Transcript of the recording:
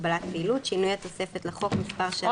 ולאט-לאט להחזיר את האמון בנו כשהמגבלות יוסרו.